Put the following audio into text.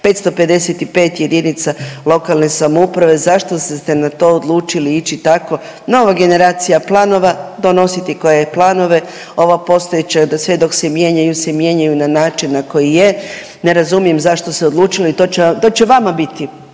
Grad Zagreb, 555 JLS, zašto ste se na to odlučili ići tako, nova generacija planova, donositi koje planove, ova postojeća je da sve dok se mijenja se mijenjaju na način na koji je, ne razumijem zašto se odlučilo i to će, to će vama biti,